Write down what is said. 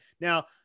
now